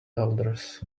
elders